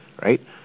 right